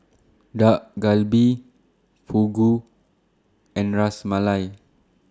Dak Galbi Fugu and Ras Malai